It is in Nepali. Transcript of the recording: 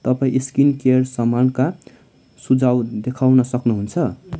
तपाईँ स्किन केयर सामानका सुझाउ देखाउन सक्नुहुन्छ